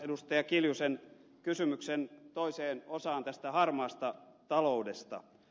kimmo kiljusen kysymyksen toiseen osaan tästä harmaasta taloudesta